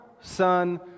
Son